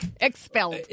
expelled